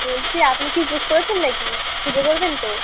বলছি আপনি কি উপোস করেছেন না কি পুজো করবেন তো